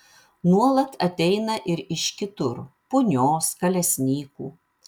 nuolat ateina ir iš kitur punios kalesnykų